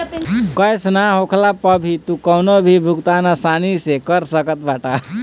cash ना होखला पअ भी तू कवनो भी भुगतान आसानी से कर सकत बाटअ